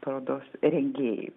parodos rengėjai